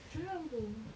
seram apa